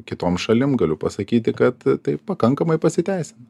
kitom šalim galiu pasakyti kad tai pakankamai pasiteisina